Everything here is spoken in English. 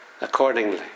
accordingly